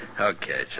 Okay